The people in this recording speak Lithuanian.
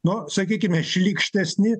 nu sakykime šlykštesni